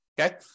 Okay